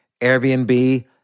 Airbnb